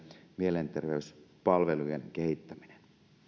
mielenterveyspalveluiden kehittäminen